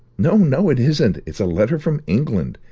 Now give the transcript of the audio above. no, no, it isn't. it's a letter from england.